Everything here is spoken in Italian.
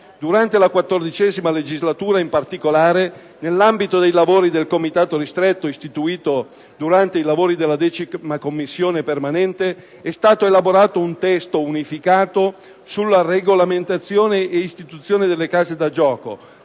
Durante la XIV legislatura, in particolare, nell'ambito del Comitato ristretto istituito durante i lavori della 10a Commissione permanente, è stato elaborato un testo unificato sulla regolamentazione e istituzione delle case da gioco,